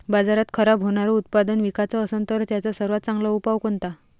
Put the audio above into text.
बाजारात खराब होनारं उत्पादन विकाच असन तर त्याचा सर्वात चांगला उपाव कोनता?